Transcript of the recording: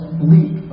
bleak